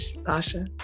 Sasha